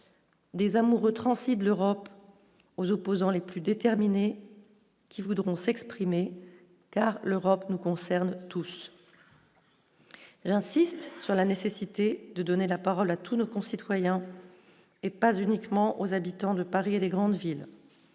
désamour retransmis de l'Europe aux opposants les plus déterminés qui voudront s'exprimer car l'Europe nous concernent tous, elle insiste sur la nécessité de donner la parole à tous nos concitoyens, et pas uniquement aux habitants de Paris et des grandes villes,